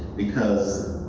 because